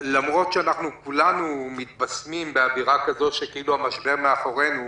למרות שכולנו מתבשמים באווירה כזאת שכאילו המשבר מאחורינו,